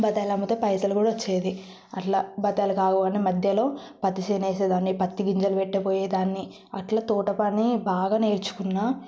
బత్తాయిలు అమ్మితే పైసలు కూడా వచ్చేది అట్లా బత్తాయిలు కాగానే మధ్యలో పత్తి చేనే వేసే దాన్ని పత్తి గింజలు పెట్టె పోయేదాన్ని అలా తోట పని బాగా నేర్చుకున్నాను